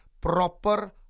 proper